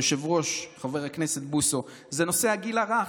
היושב-ראש, חבר הכנסת בוסו, וזה נושא הגיל הרך.